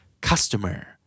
customer